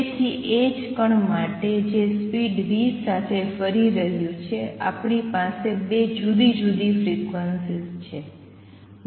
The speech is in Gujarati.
તેથી એ જ કણ માટે જે સ્પિડ v સાથે ફરી રહ્યું છે આપણી પાસે ૨ જુદી જુદી ફ્રિક્વન્સી છે